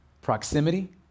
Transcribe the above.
proximity